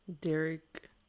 Derek